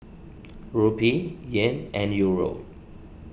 Rupee Yen and Euro